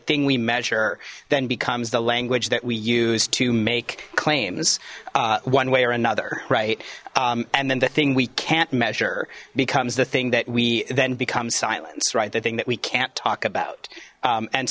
thing we measure then becomes the language that we use to make claims one way or another right and then the thing we can't measure becomes the thing that we then become silenced right the thing that we can't talk about